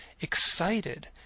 excited